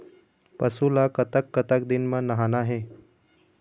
पशु ला कतक कतक दिन म नहाना हे?